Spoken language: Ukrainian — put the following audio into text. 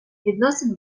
відносин